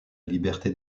liberté